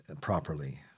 properly